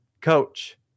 Coach